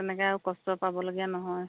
তেনেকৈ আৰু কষ্ট পাবলগীয়া নহয়